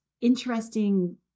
interesting